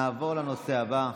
נעבור לנושא הבא.